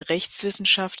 rechtswissenschaft